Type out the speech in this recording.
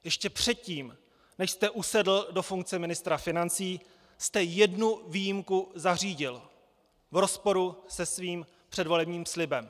Ještě předtím, než jste usedl do funkce ministra financí, jste jednu výjimku zařídil v rozporu se svým předvolebním slibem.